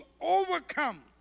overcome